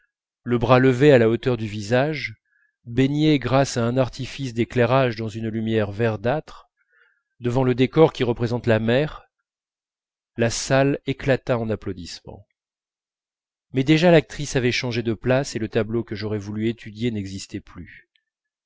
le bras levé à la hauteur du visage baigné grâce à un artifice d'éclairage dans une lumière verdâtre devant le décor qui représente la mer la salle éclata en applaudissements mais déjà l'actrice avait changé de place et le tableau que j'aurais voulu étudier n'existait plus